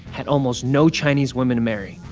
had almost no chinese women to marry.